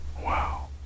Wow